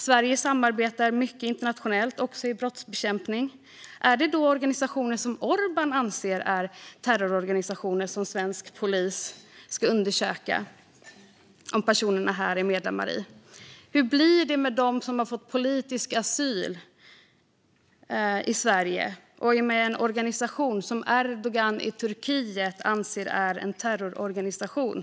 Sverige samarbetar mycket internationellt, också kring brottsbekämpning. Är det då organisationer som Orbán anser är terrororganisationer som svensk polis ska undersöka om personer här är medlemmar i? Hur blir det med dem som har fått politisk asyl i Sverige och som är medlemmar i en organisation som Erdogan i Turkiet anser är en terrororganisation?